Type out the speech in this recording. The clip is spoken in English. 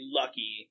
lucky